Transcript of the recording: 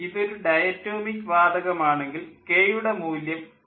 ഇതൊരു ഡയറ്റോമിക് വാതകം ആണെങ്കിൽ കെ യുടെ മൂല്യം 1